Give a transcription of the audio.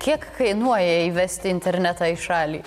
kiek kainuoja įvesti internetą į šalį